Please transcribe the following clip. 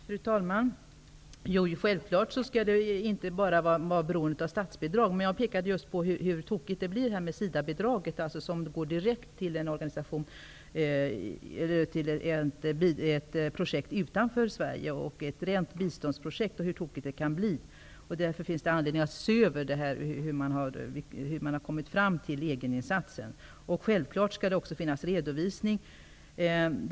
Fru talman! Självfallet skall organisationerna inte vara beroende bara av statsbidrag. Jag pekade emellertid på hur tokigt det kan bli med exempelvis ett SIDA-bidrag, som går direkt till ett rent biståndsprojekt utanför Sverige. Det finns därför anledning att se över hur man har kommit fram till det här med egeninsatsen. Självfallet skall det också finnas en redovisning.